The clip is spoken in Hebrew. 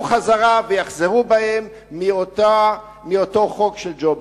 שוב ויחזרו בהם מאותו חוק של ג'ובים.